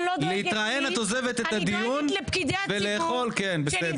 את לא חייבת, כמובן.